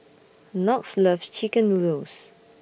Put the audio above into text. Knox loves Chicken Noodles